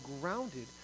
grounded